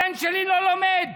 הבן שלי לא לומד,